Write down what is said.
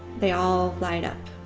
they all light up.